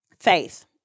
Faith